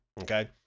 okay